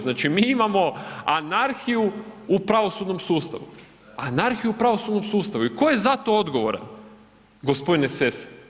Znači, mi imamo anarhiju u pravosudnom sustavu, anarhiju u pravosudnom sustavu i tko je za to odgovoran g. Sessa?